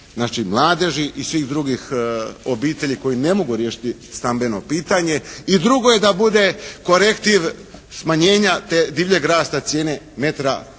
znači mladeži i svih drugih obitelji koje ne mogu riješiti stambeno pitanje i drugo je da bude korektiv smanjenja te, divljeg rasta cijene metra